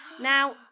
Now